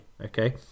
Okay